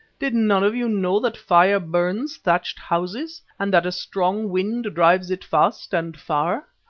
did none of you know that fire burns thatched houses, and that a strong wind drives it fast and far?